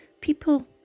people